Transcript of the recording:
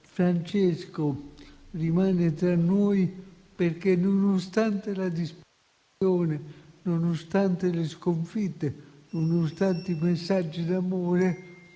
Francesco rimane tra noi perché, nonostante la disperazione, nonostante le sconfitte, nonostante i messaggi d'amore,